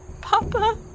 Papa